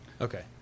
okay